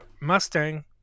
Mustang